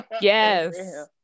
Yes